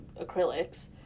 acrylics